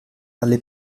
alle